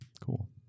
cool